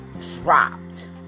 dropped